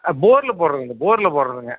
ஆ போரில் போடுறதுங்க போரில் போடுறதுங்க